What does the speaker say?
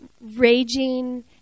raging